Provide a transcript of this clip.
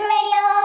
Radio